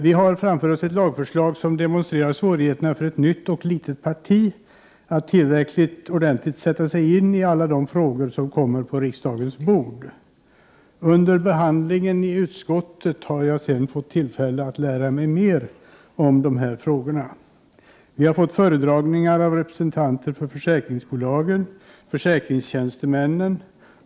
Vi har framför oss ett lagförslag som demonstrerar svårigheterna för ett nytt och litet parti att tillräckligt ordentligt kunna sätta sig in i alla de frågor som kommer på riksdagens bord. Under behandlingen i utskottet har jag fått tillfälle att lära mig mera om dessa frågor. Det har varit föredragningar av representanter för försäkringsbolag och försäkringstjänstemän.